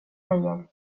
säger